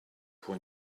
pour